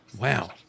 Wow